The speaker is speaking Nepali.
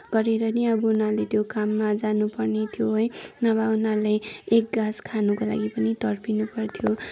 गरेर नै अब उनीहरूले त्यो काममा जानुपर्ने थियो है नभए उनीहरूलाई एक गाँस खानको लागि पनि तड्पिनु पर्थ्यो